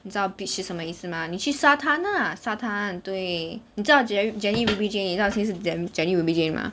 你知道 bitch 是什么意思吗你去沙滩 ah 沙滩对你知道 jen~ jennie ruby jane 你知道谁是 jen~ jennie ruby jane 吗